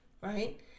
right